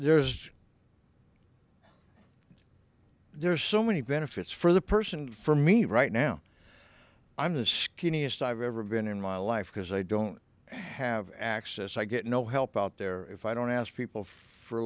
there's just there's so many benefits for the person and for me right now i'm the skinniest i've ever been in my life because i don't have access i get no help out there if i don't ask people for a